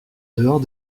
dehors